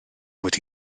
bod